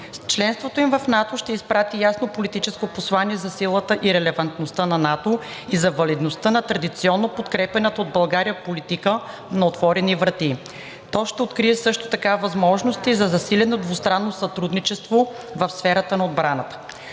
Членството им в НАТО ще изпрати ясно политическо послание за силата и релевантността на НАТО и за валидността на традиционно подкрепяната от България политика на отворени врати. То ще открие също така възможности за засилено двустранно сътрудничество в сферата на отбраната.